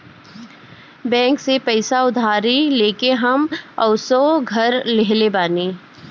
bank से पईसा उधारी लेके हम असो घर लीहले बानी